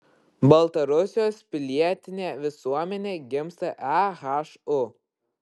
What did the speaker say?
baltarusijos pilietinė visuomenė gimsta ehu